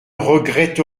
regrette